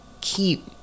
keep